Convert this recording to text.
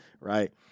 right